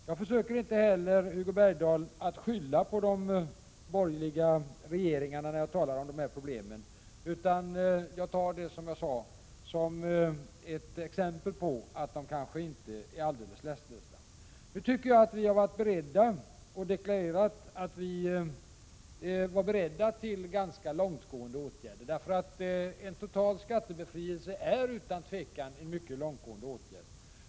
Jag försöker inte heller, Hugo Bergdahl, att skylla på de borgerliga regeringarna när jag talar om dessa problem, utan jag har valt mina exempel för att visa att frågorna inte är lättlösta. Vi har deklarerat att vi är beredda till ganska långtgående åtgärder. En total skattebefrielse är utan tvivel en mycket långtgående åtgärd.